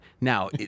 Now